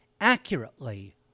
accurately